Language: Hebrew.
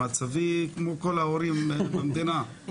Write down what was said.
מצבי כמו כל ההורים במדינה.